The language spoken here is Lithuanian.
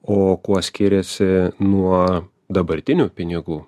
o kuo skiriasi nuo dabartinių pinigų